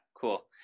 cool